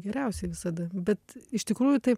geriausiai visada bet iš tikrųjų tai